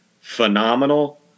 phenomenal